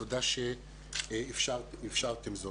תודה שאפשרתם זאת.